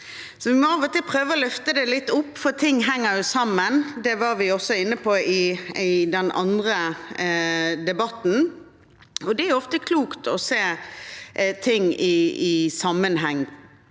Vi må av og til prøve å løfte det litt opp, for ting henger sammen. Det var vi også inne på i den andre debatten. Det er ofte klokt å se ting i sammenheng.